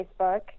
Facebook